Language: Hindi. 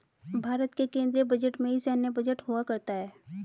भारत के केन्द्रीय बजट में ही सैन्य बजट हुआ करता है